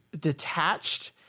detached